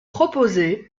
proposée